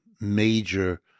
major